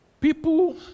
People